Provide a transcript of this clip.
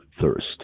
thirst